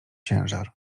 ciężar